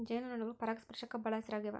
ಜೇನು ನೊಣಗಳು ಪರಾಗಸ್ಪರ್ಶಕ್ಕ ಬಾಳ ಹೆಸರಾಗ್ಯವ